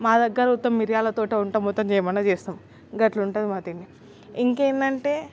మా దగ్గర ఉత్త మిరియాలతోటే వంట మొత్తం చేయమన్న చేస్తం అట్లుంటుంది మా తిండి ఇంకేంటంటే